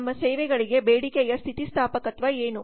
ನಮ್ಮ ಸೇವೆಗಳಿಗೆ ಬೇಡಿಕೆಯ ಸ್ಥಿತಿಸ್ಥಾಪಕತ್ವ ಏನು